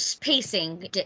pacing